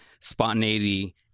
spontaneity